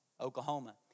Oklahoma